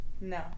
No